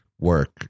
work